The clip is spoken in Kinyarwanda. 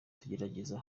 tugerageza